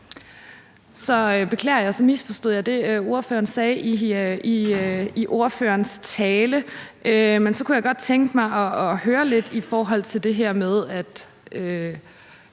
jeg misforstod det, ordføreren sagde i sin tale. Men så kunne jeg godt tænke mig at høre lidt om det her med, at